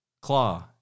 Claw